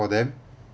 for them